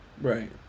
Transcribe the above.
right